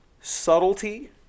subtlety